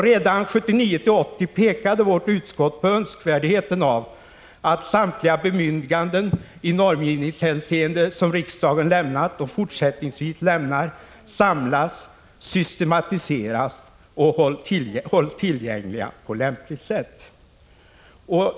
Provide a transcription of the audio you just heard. Redan 1979/80 pekade vårt utskott på önskvärdheten av att samtliga bemyndiganden i normgivningshänseende som riksdagen lämnat, och fortsättningsvis lämnar, samlas, systematiseras och hålls tillgängliga på lämpligt sätt.